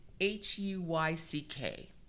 H-U-Y-C-K